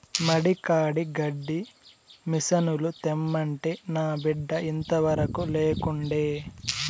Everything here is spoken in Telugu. మడి కాడి గడ్డి మిసనుల తెమ్మంటే నా బిడ్డ ఇంతవరకూ లేకుండే